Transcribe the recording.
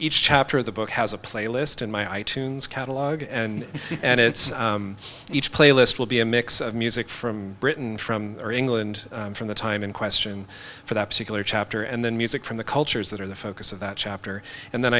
each chapter of the book has a playlist on my i tunes catalogue and and it's each playlist will be a mix of music from britain from or england from the time in question for that particular chapter and then music from the cultures that are the focus of that chapter and then